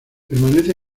permanece